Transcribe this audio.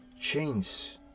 change